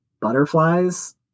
butterflies